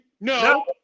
No